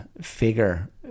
figure